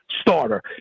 starter